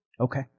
Okay